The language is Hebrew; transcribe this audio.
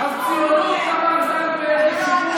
--- אצלנו זה הפוך ------ ציונות,